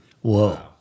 Whoa